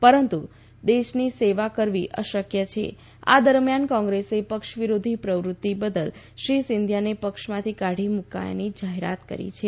પરંતુ દેશની સેવા કરવી અશક્ય છે આ દરમિયાન કોંગ્રેસે પક્ષવિરોધી પ્રવૃત્તિ બદલ શ્રી સિંધિયાને પક્ષમાંથી કાઢી મૂકયાની જાહેરાત કરી છે